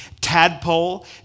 tadpole